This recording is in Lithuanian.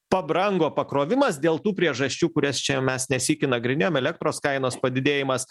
pabrango pakrovimas dėl tų priežasčių kurias čia mes ne sykį nagrinėjom elektros kainos padidėjimas